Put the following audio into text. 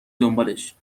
دنبالش